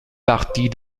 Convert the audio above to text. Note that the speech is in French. partie